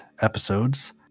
episodes